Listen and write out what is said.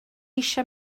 eisiau